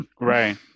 right